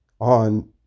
on